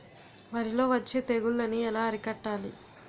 వరిలో వచ్చే తెగులని ఏలా అరికట్టాలి?